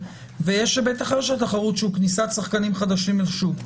ויש היבט אחר של תחרות שהוא כניסת שחקנים חדשים לשוק.